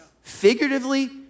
figuratively